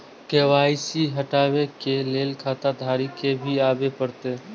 KYC हटाबै के लैल खाता धारी के भी आबे परतै?